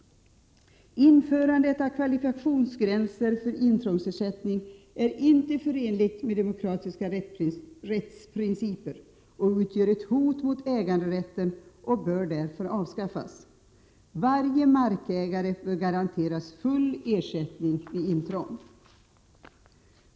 : Införandet av kvalifikationsgränser för intrångsersättning är inte förenligt med demokratiska rättsprinciper och utgör ett hot mot äganderätten och bör därför avskaffas. Varje markägare bör garanteras full ersättning vid intrång.